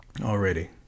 already